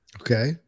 Okay